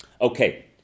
okay